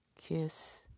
kiss